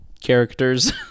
characters